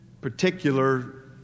particular